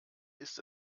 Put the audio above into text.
ist